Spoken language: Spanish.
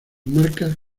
marcas